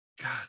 God